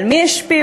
על מי השפיעו?